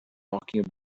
talking